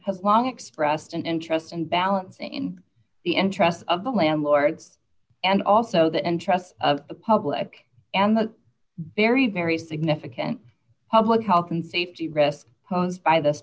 has long expressed an interest and balancing the interests of the landlords and also the entrust of the public and the very very significant public health and safety risk posed by this